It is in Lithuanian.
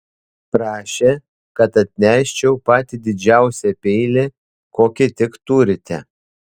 prašė kad atneščiau patį didžiausią peilį kokį tik turite